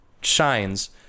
shines